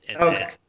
Okay